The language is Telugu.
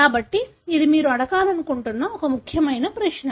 కాబట్టి ఇది మీరు అడగాలనుకుంటున్న ఒక ముఖ్యమైన ప్రశ్న